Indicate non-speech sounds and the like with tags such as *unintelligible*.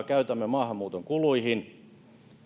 *unintelligible* käytämme maahanmuuton kuluihin